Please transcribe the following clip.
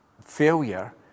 failure